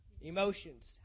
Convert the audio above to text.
emotions